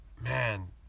man